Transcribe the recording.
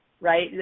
right